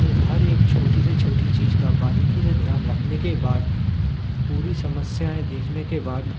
तो हर एक छोटी से छोटी चीज़ का बारीकी से ध्यान रखने के बाद पूरी समस्याएँ देखने के बाद